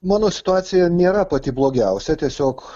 mano situacija nėra pati blogiausia tiesiog